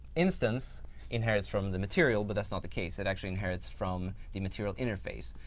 instance inherits from the material, but that's not the case. it actually inherits from the material interface.